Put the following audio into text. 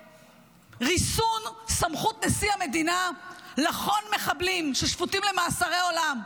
לריסון סמכות נשיא המדינה לחון מחבלים השפוטים למאסרי עולם.